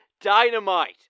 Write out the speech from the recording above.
Dynamite